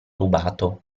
rubato